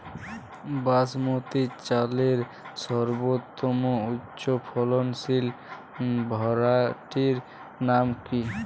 বাসমতী চালের সর্বোত্তম উচ্চ ফলনশীল ভ্যারাইটির নাম কি?